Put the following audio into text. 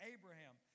Abraham